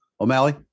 O'Malley